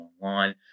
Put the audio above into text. online